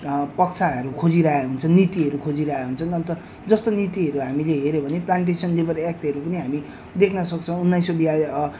पक्षहरू खोजिरेहका हुन्छन् नीतिहरू खोजिरहेका हुन्छन् अन्त जस्तो नीतिहरू हामीले हेर्यौँ भने प्लान्टेसन लेबर एक्टहरू पनि हामी देख्न सक्छौँ उन्नाइस सय बिया